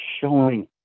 showing